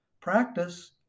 practice